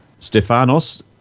Stefanos